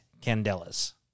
Candelas